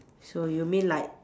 so you mean like